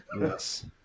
Yes